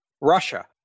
Russia